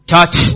Touch